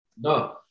No